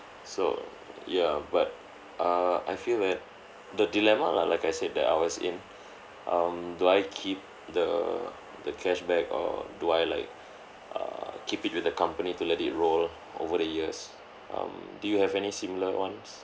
so yeah but err I feel that the dilemma lah like I said that I was in um do I keep the the cashback or do I like err keep it with the company to let it roll over the years um do you have any similar ones